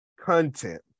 content